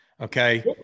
Okay